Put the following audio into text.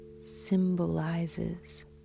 symbolizes